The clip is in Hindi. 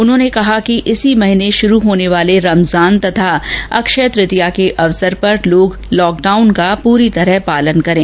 उन्होंने कहा कि इसी महीने श्रू होने वाले रमजान तथा अक्षय तृतीया के अवसर पर लोग लॉकडाउन की पूरी तरह पालना करें